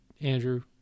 Andrew